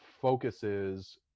focuses